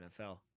NFL